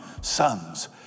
sons